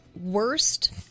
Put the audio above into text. worst